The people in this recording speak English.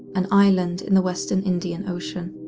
an island in the western indian ocean.